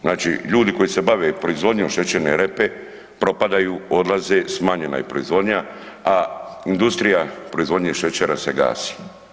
Znači ljudi koji se bave proizvodnjom šećerne repe, propadaju, odlaze, smanjena je proizvodnja a industrija proizvodnje šećera se gasi.